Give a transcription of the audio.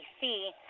see